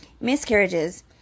miscarriages